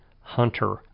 Hunter